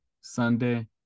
Sunday